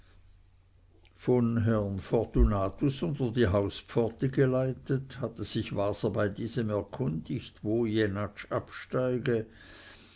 von herrn fortunatus unter die hauspforte geleitet hatte sich waser bei diesem erkundigt wo jenatsch absteige